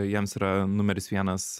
jiems yra numeris vienas